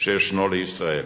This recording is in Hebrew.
שיש לישראל.